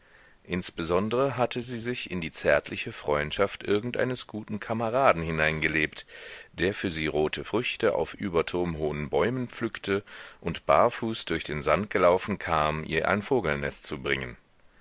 insbesondre hatte sie sich in die zärtliche freundschaft irgendeines guten kameraden hineingelebt der für sie rote früchte auf überturmhohen bäumen pflückte und barfuß durch den sand gelaufen kam ihr ein vogelnest zu bringen